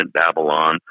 Babylon